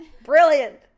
Brilliant